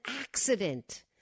accident